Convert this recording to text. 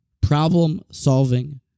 Problem-solving